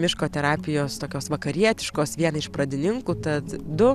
miško terapijos tokios vakarietiškos vieną iš pradininkų tad du